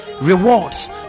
rewards